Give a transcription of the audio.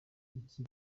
iki